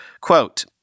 Quote